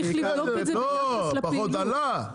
לא, פחות עלה.